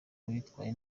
bitwaye